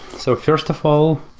so first of all,